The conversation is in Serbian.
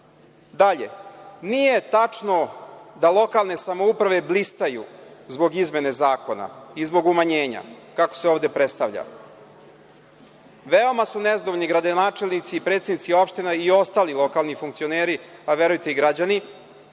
godine? Dalje, nije tačno da lokalne samouprave blistaju zbog izmene zakona i zbog umanjena, kako se ovde predstavlja. Veoma su nezgodni gradonačelnici, predsednici opština i ostali lokalni funkcioneri, a verujte i građani